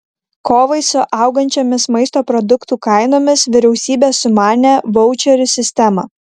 kovai su augančiomis maisto produktų kainomis vyriausybė sumanė vaučerių sistemą